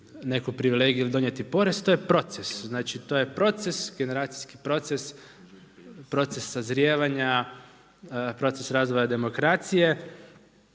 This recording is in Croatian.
neku privilegiju ili donijeti porez. To je proces. Znači, to je proces, generacijski proces, proces sazrijevanja, proces razvoja demokracije